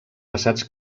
passats